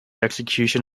execution